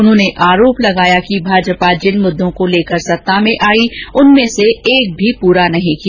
उन्होंने आरोप अगाया कि भाजपा जिन मुददों को लेकर सत्ता में आयी उनमें से एक भी पूरा नहीं किया